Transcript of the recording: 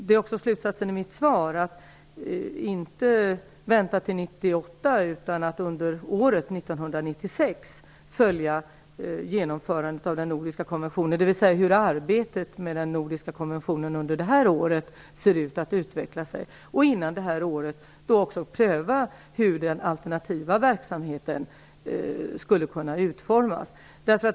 Det är också slutsatsen i mitt svar: att inte vänta till 1998 utan att under året, 1996, följa genomförandet av den nordiska konventionen, dvs. hur arbetet med den nordiska konventionen under det här året ser ut att utveckla sig, och före 1998 också pröva hur den alternativa verksamheten skulle kunna utformas.